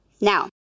now